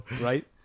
Right